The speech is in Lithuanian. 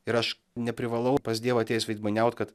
ir aš neprivalau pas dievą atėjęs veidmainiaut kad